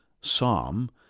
psalm